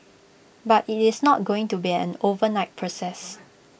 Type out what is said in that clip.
but IT is not going to be an overnight process